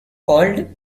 called